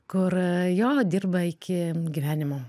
kur jo dirba iki gyvenimo